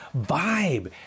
vibe